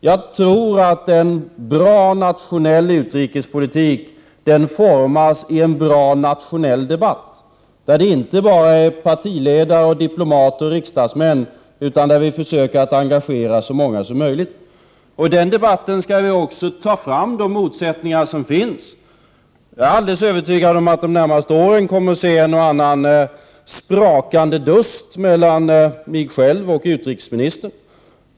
Jag tror att en bra nationell utrikespolitik formas i en bra nationell debatt där inte bara partiledare, diplomater och riksdagsmän deltar, utan där vi försöker engagera så många som möjligt. I den debatten skall vi också föra fram de motsättningar som finns. Jag är alldeles övertygad om att vi under de närmaste åren kommer att få se en och annan sprakande dust mellan mig själv och utrikesministern.